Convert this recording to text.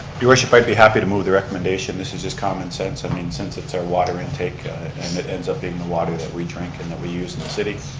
your worship, i'd be happy to move the recommendation. this is just common sense. i mean since it's our water intake and it ends up being the water that we drink and that we use in the city,